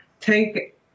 take